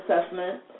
assessment